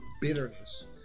bitterness